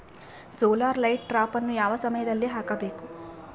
Solar light ಟ್ರಾಪನ್ನು ಯಾವ ಸಮಯದಲ್ಲಿ ಹಾಕಬೇಕು?